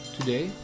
Today